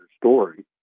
story